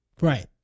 Right